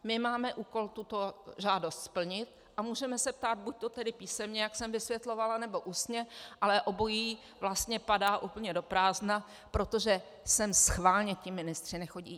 My máme úkol tuto žádost splnit a můžeme se ptát buďto tedy písemně, jak jsem vysvětlovala, nebo ústně, ale obojí vlastně padá úplně do prázdna, protože sem schválně ti ministři nechodí.